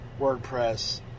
WordPress